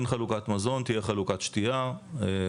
אין חלוקת מזון, תהיה חלוקת שתייה כמובן.